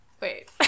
Wait